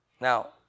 Now